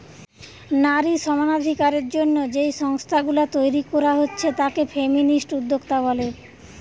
নারী সমানাধিকারের জন্যে যেই সংস্থা গুলা তইরি কোরা হচ্ছে তাকে ফেমিনিস্ট উদ্যোক্তা বলে